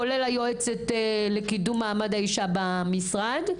כולל היועצת לקידום מעמד האישה במשרד.